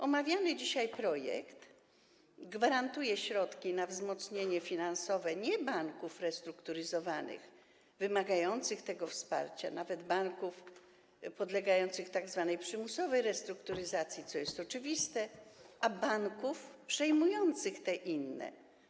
Omawiany dzisiaj projekt gwarantuje środki na wzmocnienie finansowe nie banków restrukturyzowanych, wymagających takiego wsparcia, nawet banków podlegających tzw. przymusowej restrukturyzacji, co jest oczywiste, ale banków przejmujących te inne.